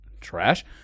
trash